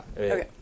Okay